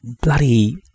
bloody